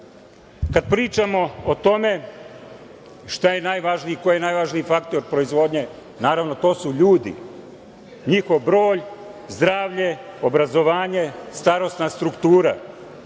pričamo o tome šta je najvažniji i ko je najvažniji faktor proizvodnje, naravno to su ljudi, njihov broj, zdravlje, obrazovanje, starosna struktura.